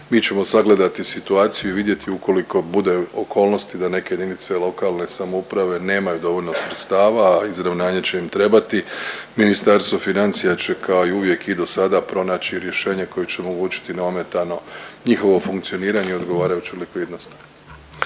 Mi ćemo sagledati situaciju i vidjeti ukoliko bude okolnosti da neke jedinice lokalne samouprave nemaju dovoljno sredstava, a izravnanje će im trebati Ministarstvo financija će kao i uvijek i dosada pronaći rješenje koje će omogućiti neometano njihovo funkcioniranje i odgovarajuću likvidnost.